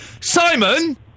Simon